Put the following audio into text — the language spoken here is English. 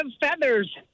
feathers